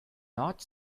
not